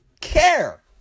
care